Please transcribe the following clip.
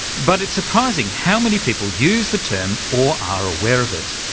but it's surprising how many people use the term or are aware of it.